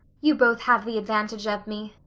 you both have the advantage of me,